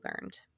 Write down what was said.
learned